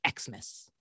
Xmas